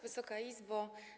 Wysoka Izbo!